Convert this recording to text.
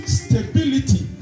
stability